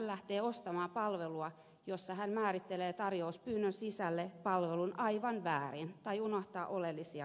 lähtee ostamaan palvelua jossa hän määrittelee tarjouspyynnön sisälle palvelun aivan väärin tai unohtaa oleellisia kohtia